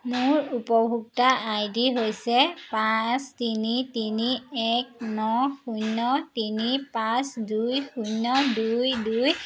মোৰ উপভোক্তা I D হৈছে পাঁচ তিনি তিনি এক ন শূন্য তিনি পাঁচ দুই শূন্য দুই দুই